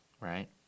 right